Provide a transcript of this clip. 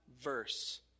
verse